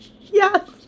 Yes